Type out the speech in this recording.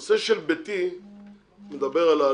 הנושא של ביתי מדבר על העלויות.